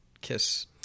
kiss